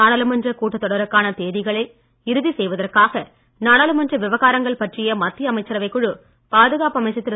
நாடாளுமன்ற கூட்டத் தொடருக்கான தேதிகளை இறுதி செய்வதற்காக நாடாளுமன்ற விவகாரங்கள் பற்றிய மத்திய அமைச்சரவைக் குழு பாதுகாப்பு அமைச்சர் திரு